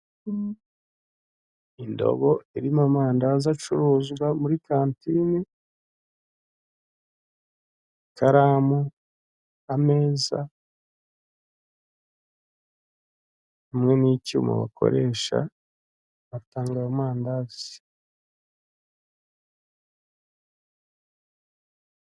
Indobo irimo amandazi acuruzwa muri kantine, ikaramu, ameza hamwe n'icyuma bakoresha batanga ayo mandazi.